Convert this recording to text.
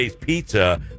Pizza